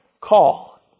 call